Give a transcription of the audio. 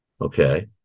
Okay